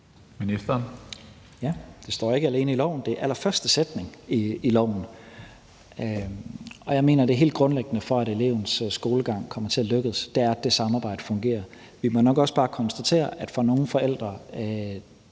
det står ikke alene i loven, det er allerførste sætning i loven. Og jeg mener, at det, der er helt grundlæggende for, at elevens skolegang kommer til at lykkes, er, at det samarbejde fungerer. Vi må nok også bare konstatere, at for nogle forældres